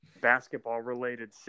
basketball-related